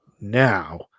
Now